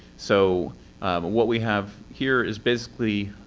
so what we have here is basically.